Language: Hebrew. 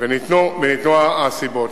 וניתנו הסיבות.